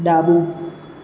ડાબું